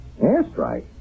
Airstrike